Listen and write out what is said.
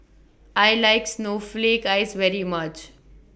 I like Snowflake Ice very much